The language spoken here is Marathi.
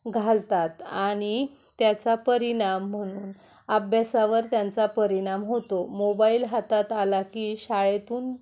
घालतात आणि त्याचा परिणाम म्हणून अभ्यासावर त्यांचा परिणाम होतो मोबाईल हातात आला की शाळेतून